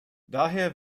daher